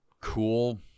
cool